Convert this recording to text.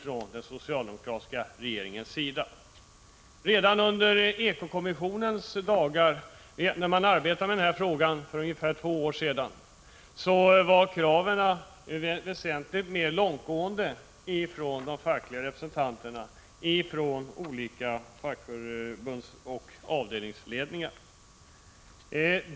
Redan när ekokommissionen arbetade med den här frågan för ungefär två år sedan var kraven väsentligt mer långtgående från olika fackförbundsoch avdelningsledningar.